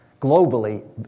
globally